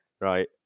right